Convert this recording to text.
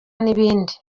n’ibindi